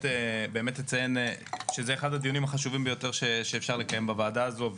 רוצה לציין שזה אחד הדיונים החשובים ביותר שאפשר לקיים בוועדה הזאת,